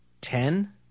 ten